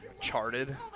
charted